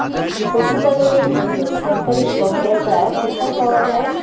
পশু পালনের জন্য সরকারি সহায়তা কোথায় পাওয়া যায়?